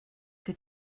que